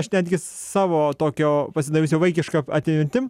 aš netgi savo tokio pasidalinsiu vaikiška atmintim